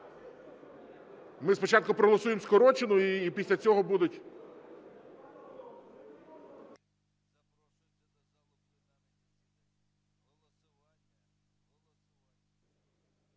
Ми спочатку проголосуємо скорочену, і після цього будуть…